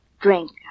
drink